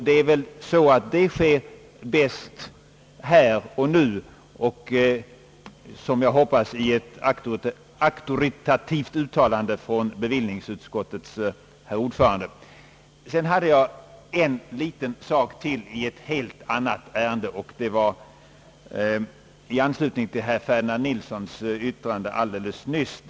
Det är väl så, att detta sker bäst här och nu och i ett, som jag hoppas, auktoritativt uttalande av bevillningsutskottets ordförande. Jag vill sedan ta upp en liien sak i ett annat ärende, och det är med anledning av vad herr Ferdinand Nilsson alldeles nyss här yttrade.